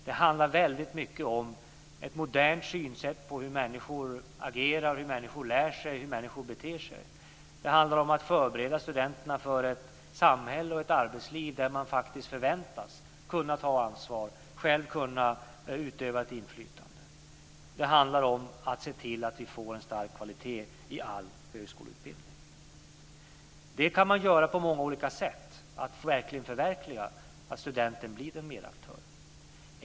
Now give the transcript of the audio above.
Det handlar väldigt mycket om ett modernt synsätt på hur människor agerar, lär sig och beter sig. Det handlar om att förbereda studenterna för ett samhälle och ett arbetsliv där man faktiskt förväntas kunna ta ansvar och själv utöva ett inflytande. Det handlar om att se till att vi får en stark kvalitet i all högskoleutbildning. Att förverkliga att studenten blir en medaktör kan göras på många olika sätt.